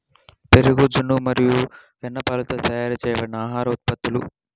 పెరుగు, జున్ను మరియు వెన్నపాలతో తయారు చేయబడిన ఆహార ఉత్పత్తులు